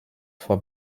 for